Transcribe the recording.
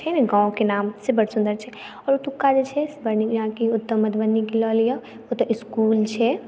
छै ने गाॅंवके नाम से बड सुन्दर छै आओर आ ओतुका जे ने छै मधुबनी के लऽ लिअ ओतऽ इसकुल छै